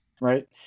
Right